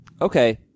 Okay